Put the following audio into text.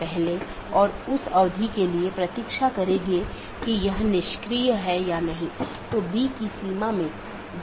क्योंकि प्राप्त करने वाला स्पीकर मान लेता है कि पूर्ण जाली IBGP सत्र स्थापित हो चुका है यह अन्य BGP साथियों के लिए अपडेट का प्रचार नहीं करता है